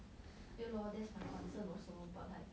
对 lor that's my concern also but like